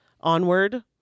onward